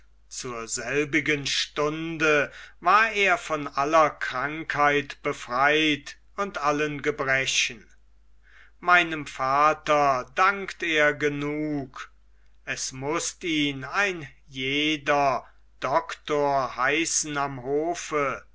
zur selbigen stunde war er von aller krankheit befreit und allen gebrechen meinem vater dankt er genug es mußt ihn ein jeder doktor heißen am hofe